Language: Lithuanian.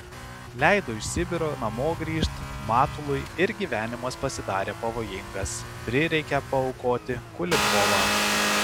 leido iš sibiro namo grįžt matului ir gyvenimas pasidarė pavojingas prireikė paaukoti kulikovą